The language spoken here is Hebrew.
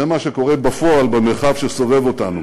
זה מה שקורה בפועל במרחב שסובב אותנו.